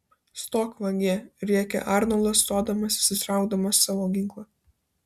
stok vagie rėkė arnoldas stodamasis ir traukdamas savo ginklą